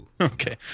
Okay